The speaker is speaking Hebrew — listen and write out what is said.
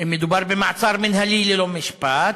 אם מדובר במעצר מינהלי ללא משפט,